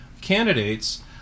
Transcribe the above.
candidates